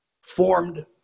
formed